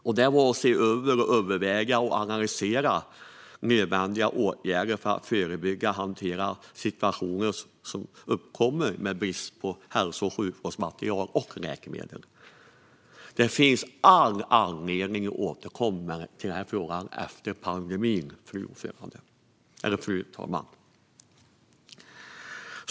Det gällde att se över, överväga och analysera nödvändiga åtgärder för att förebygga och hantera situationer som uppkommer vid brist på hälso och sjukvårdsmaterial och läkemedel. Det finns all anledning att återkomma till denna fråga efter pandemin, fru talman.